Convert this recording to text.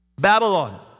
Babylon